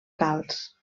calç